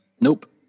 Nope